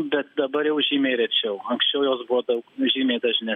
bet dabar jau žymiai rečiau anksčiau jos būdavo žymiai dažnesnės